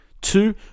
Two